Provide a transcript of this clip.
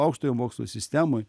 aukštojo mokslo sistemoj